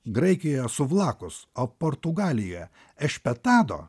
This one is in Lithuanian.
graikijoje suvlakus o portugalijoje ešpetado